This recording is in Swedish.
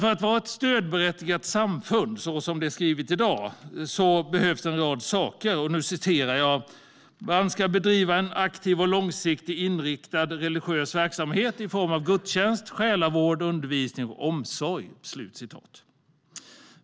För att vara stödberättigat ska ett samfund, som det är skrivet i dag, "bedriva en aktiv och långsiktigt inriktad religiös verksamhet i form av gudstjänst, själavård, undervisning och omsorg".